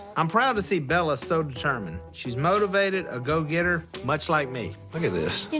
i'm proud to see bella so determined. she's motivated, a go-getter, much like me. look at this.